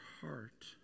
heart